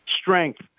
strength